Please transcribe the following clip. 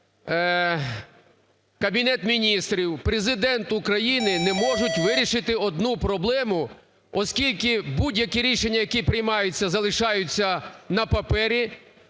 Кабінет Міністрів, Президент України не можуть вирішити одну проблему, оскільки будь-які рішення, які приймаються, залишаються на папері.